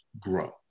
grow